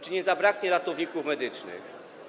Czy nie zabraknie ratowników medycznych?